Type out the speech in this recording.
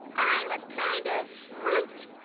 i'm a kind of fruit,